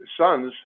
sons